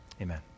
amen